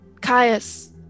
Caius